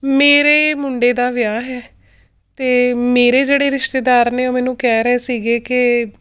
ਮੇਰੇ ਮੁੰਡੇ ਦਾ ਵਿਆਹ ਹੈ ਅਤੇ ਮੇਰੇ ਜਿਹੜੇ ਰਿਸ਼ਤੇਦਾਰ ਨੇ ਉਹ ਮੈਨੂੰ ਕਹਿ ਰਹੇ ਸੀਗੇ ਕਿ